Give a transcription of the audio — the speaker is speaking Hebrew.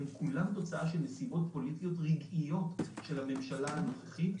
כולם תוצאה של נסיבות פוליטיות רגעיות של הממשלה הנוכחי.